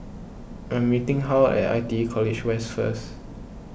I am meeting Hal at I T E College West first